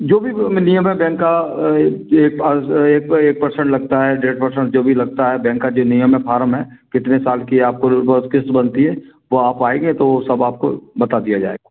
जो भी वह नियम है बैंक का एक पर एक परसेंट लगता है डेढ़ परसेंट जो भी लगता है बैंक का जो नियम है फॉरम है कितने साल की आपको किस्त बनती है वो आप आएगे तो सब आपको बता दिया जाएगा